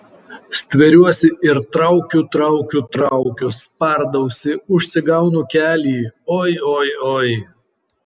stveriuosi ir traukiu traukiu traukiu spardausi užsigaunu kelį oi oi oi